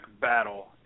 battle